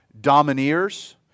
domineers